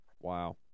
Wow